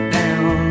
down